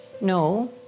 no